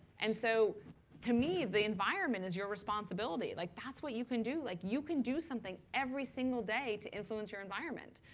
and so to me, the environment is your responsibility. like that's what you can do. like you can do something every single day to influence your environment.